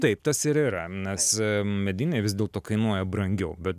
taip tas ir yra nes mediniai vis dėlto kainuoja brangiau bet